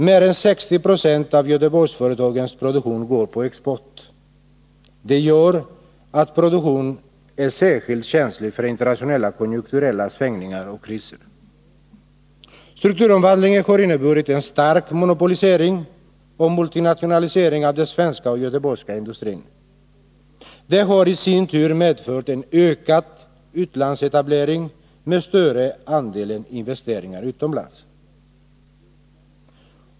Mer än 60 96 av Göteborgsföretagens produktion går på export. Det gör att produktionen är särskilt känslig för internationella konjunkturella svängningar och priser. Strukturomvandlingen har inneburit en stark monopolisering och multinationalisering av den svenska och göteborgska industrin. Det har i sin tur medfört en ökad utlandsetablering med den större andelen investeringar utomlands.